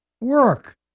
Work